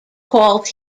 called